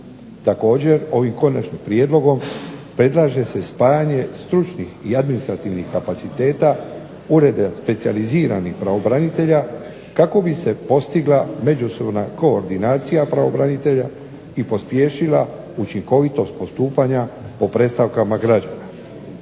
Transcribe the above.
Također, ovim konačnim prijedlogom predlaže se spajanje stručnih i administrativnih kapaciteta ureda specijaliziranih pravobranitelja kako bi se postigla međusobna koordinacija pravobranitelja i pospješila učinkovitost postupanja o predstavkama građana,